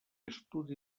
estudi